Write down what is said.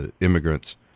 immigrants